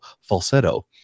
falsetto